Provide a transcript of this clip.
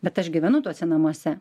bet aš gyvenu tuose namuose